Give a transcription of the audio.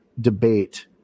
debate